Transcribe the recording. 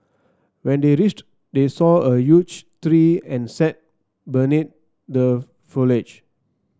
when they reached they saw a tree and sat beneath the foliage